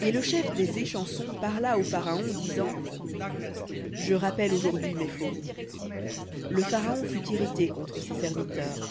et le chef des échansons parla au pharaon disant je rappelle aujourd'hui mes fautes le pharaon fut irrité contre ses serviteurs